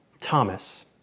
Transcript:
Thomas